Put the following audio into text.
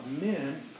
men